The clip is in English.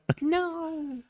No